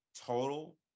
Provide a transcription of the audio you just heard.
Total